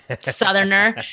Southerner